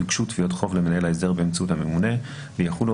יוגשו תביעות החוב למנהל ההסדר באמצעות הממונה ויחולו